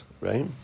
right